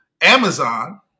Amazon